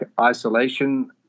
isolation